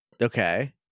Okay